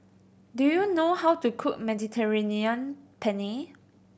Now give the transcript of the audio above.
do you know how to cook Mediterranean Penne